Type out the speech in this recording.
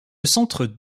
centre